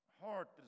heart